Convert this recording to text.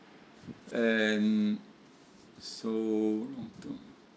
and so